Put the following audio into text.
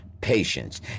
patience